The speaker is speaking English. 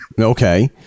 Okay